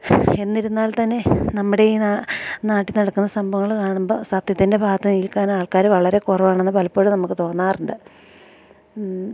എന്നിരുന്നാൽത്തന്നെയും നമ്മുടെ ഈ നാട്ടില് നടക്കുന്ന സംഭവങ്ങള് കാണുമ്പോള് സത്യത്തിൻ്റെ ഭാഗത്ത് നിൽക്കാൻ ആൾക്കാര് വളരെ കുറവാണെന്ന് പലപ്പോഴും നമുക്ക് തോന്നാറുണ്ട്